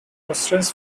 muslims